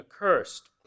accursed